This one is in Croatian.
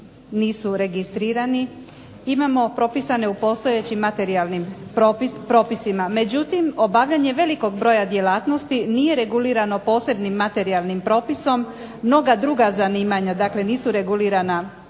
nisu registrirani, imamo propisane u postojećim materijalnim propisima, međutim obavljanje velikog broja djelatnosti nije regulirano posebnim materijalnim propisom, mnoga druga zanimanja dakle nisu regulirana